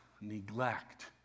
neglect